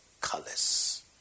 colors